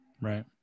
right